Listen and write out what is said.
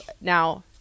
now